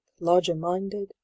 larger-minded